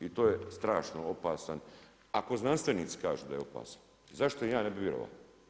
I to je strašno opasan, ako znanstvenici kažu da je opasan, zašto im ja ne bi vjerovao?